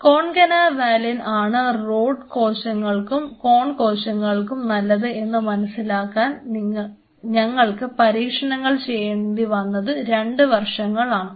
കോൺകന വാലിൻ ആണ് റോഡ് കോശങ്ങൾക്കും കോൺ കോശങ്ങൾക്കും നല്ലത് എന്ന് മനസ്സിലാക്കാൻ ഞങ്ങൾക്ക് പരീക്ഷണങ്ങൾ ചെയ്യേണ്ടിവന്നത് രണ്ട് വർഷങ്ങൾ ആണ്